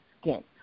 skin